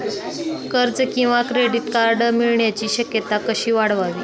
कर्ज किंवा credit card मिळण्याची शक्यता कशी वाढवावी?